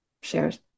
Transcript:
shares